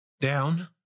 down